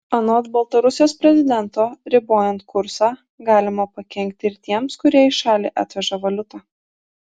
anot baltarusijos prezidento ribojant kursą galima pakenkti ir tiems kurie į šalį atveža valiutą